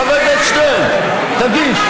חבר הכנסת שטרן, תגיש.